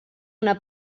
una